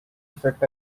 effect